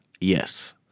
Yes